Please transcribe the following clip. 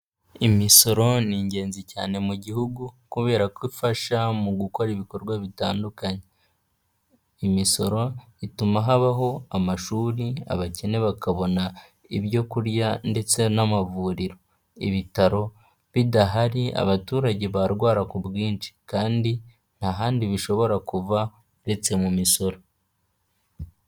Imisoro ni ingenzi cyane mu gihugu kubera ko ifasha mu gukora ibikorwa bitandukanye. Imisoro ituma habaho amashuri abakene bakabona ibyo kurya ndetse n'amavuriro ibitaro bidahari abaturage barwara ku bwinshi kandi nta handi bishobora kuva uretse mu misoro.